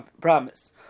promise